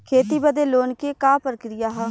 खेती बदे लोन के का प्रक्रिया ह?